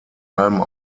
allem